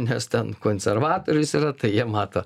nes ten konservatorius yra tai jie mato